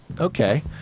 Okay